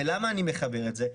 למה אני מחבר את זה?